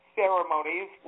ceremonies